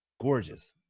Gorgeous